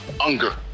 Unger